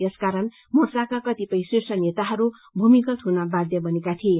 यसकारण मोर्चाका कतिपय शिर्ष नेताहरू भूमिगत हुन बाध्य बनेका थिए